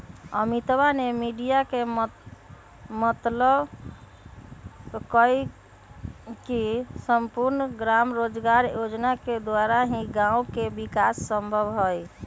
अमितवा ने मीडिया के बतल कई की सम्पूर्ण ग्राम रोजगार योजना के द्वारा ही गाँव के विकास संभव हई